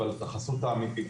אבל את החסות האמיתית,